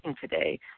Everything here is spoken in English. today